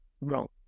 wrong